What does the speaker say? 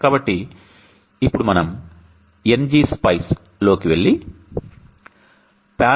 కాబట్టి ఇప్పుడు మనం Ngspice లోకి వెళ్లి parallel